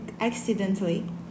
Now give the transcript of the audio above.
accidentally